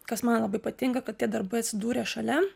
kas man labai patinka kad tie darbai atsidūrė šalia